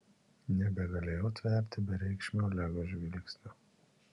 nebegalėjau tverti bereikšmio olego žvilgsnio